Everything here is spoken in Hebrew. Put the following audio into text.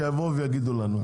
שיביאו ויגידו לנו.